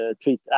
treat